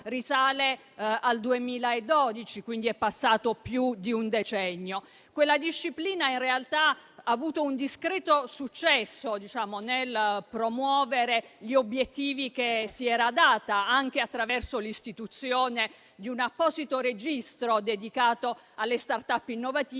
risale al 2012, e quindi è passato più di un decennio. Quella disciplina, in realtà, ha avuto un discreto successo nel promuovere gli obiettivi che si era data, anche attraverso l'istituzione di un apposito registro dedicato alle *start-up* innovative